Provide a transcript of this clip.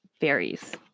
varies